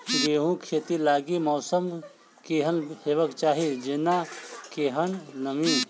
गेंहूँ खेती लागि मौसम केहन हेबाक चाहि जेना केहन नमी?